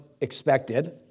expected